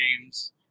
Games